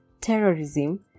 terrorism